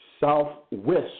southwest